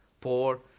poor